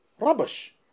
Rubbish